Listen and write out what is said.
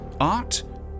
Art